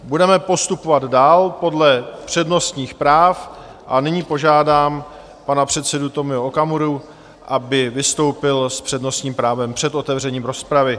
Budeme postupovat dál podle přednostních práv a nyní požádám pana předsedu Tomio Okamuru, aby vystoupil s přednostním právem před otevřením rozpravy.